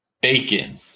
Bacon